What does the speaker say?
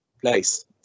place